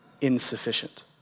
insufficient